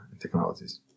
technologies